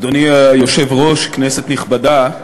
אדוני היושב-ראש, כנסת נכבדה,